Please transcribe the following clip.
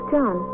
John